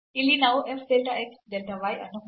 ಇಲ್ಲಿ ನಾವು f delta x delta y ಅನ್ನು ಹೊಂದಿದ್ದೇವೆ